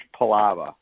Palava